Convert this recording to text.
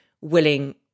willing